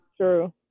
True